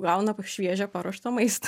gauna pa šviežią paruoštą maistą